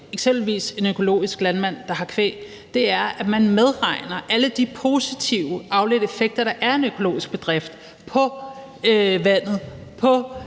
eksempelvis en økologisk landmand, der har kvæg, er, at man medregner alle de positive afledte effekter, der er af en økologisk bedrift, på vandet, på